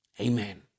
Amen